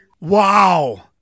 Wow